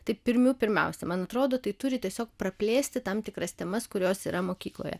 tai pirmių pirmiausia man atrodo tai turi tiesiog praplėsti tam tikras temas kurios yra mokykloje